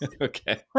Okay